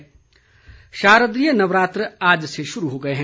नवरात्र शारदीय नवरात्र आज से शुरू हो गए हैं